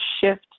shift